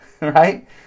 Right